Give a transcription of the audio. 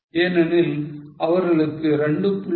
ஏனெனில் அவர்களுக்கு 2